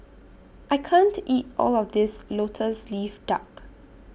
I can't eat All of This Lotus Leaf Duck